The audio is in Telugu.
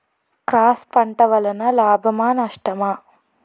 క్రాస్ పంట వలన లాభమా నష్టమా?